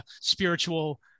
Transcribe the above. spiritual